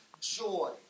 joy